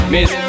Miss